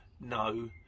No